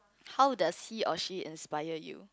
how does he or she inspired you